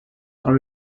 are